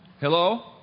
Hello